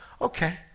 okay